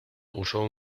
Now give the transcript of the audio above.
usó